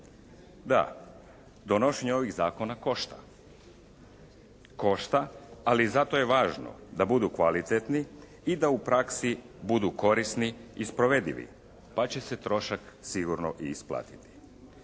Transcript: Da, donošenje ovih zakona košta. Košta, ali zato je važno da budu kvalitetni i da u praksi budu korisni i sprovedivi. Pa će se trošak sigurno i isplatiti.